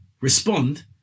respond